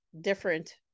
different